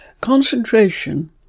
concentration